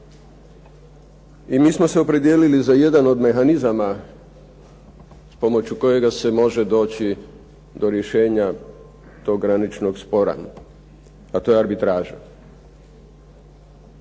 I mi smo se opredijelili za jedan od mehanizama pomoću kojega se može doći do rješenja tog graničnog spora, a to je arbitraža.